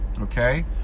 okay